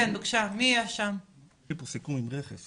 לנו יש כמה מקרים שהגיעו עם פסק דין,